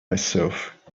myself